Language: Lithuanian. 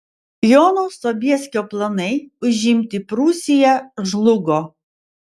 jono sobieskio planai užimti prūsiją žlugo